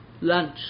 lunch